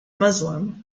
muslim